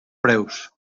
preus